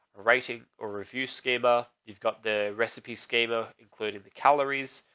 writing, or refuse scuba. you've got the recipe schema included the calories,